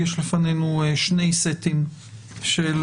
יש לפנינו שני סטים של